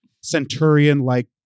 centurion-like